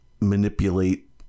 manipulate